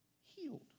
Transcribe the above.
healed